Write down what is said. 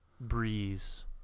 Breeze